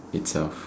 itself